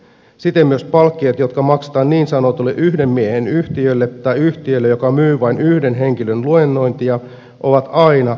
siten myös palkkiot jotka maksetaan niin sanotulle yhden miehen yhtiölle tai yhtiölle joka myy vain yhden henkilön luennointia ovat aina luennoitsijan palkkaa